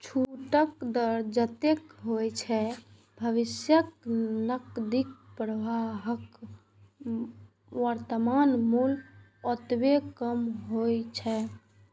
छूटक दर जतेक होइ छै, भविष्यक नकदी प्रवाहक वर्तमान मूल्य ओतबे कम होइ छै